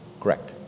Correct